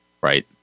right